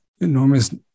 Enormous